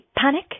panic